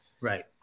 Right